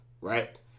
Right